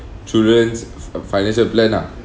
children's f~ financial plan lah